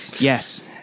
Yes